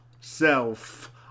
self